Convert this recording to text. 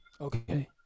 Okay